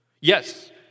Yes